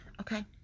okay